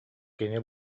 кини